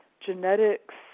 genetics